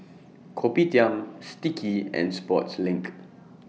Kopitiam Sticky and Sportslink